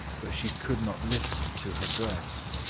but she could not lift them to her breast.